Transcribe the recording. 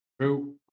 True